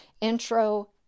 Intro